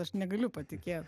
aš negaliu patikėt